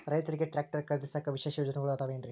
ರೈತರಿಗೆ ಟ್ರ್ಯಾಕ್ಟರ್ ಖರೇದಿಸಾಕ ವಿಶೇಷ ಯೋಜನೆಗಳು ಅದಾವೇನ್ರಿ?